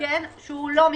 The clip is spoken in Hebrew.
עדכן שהוא לא מתנגד.